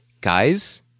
Guys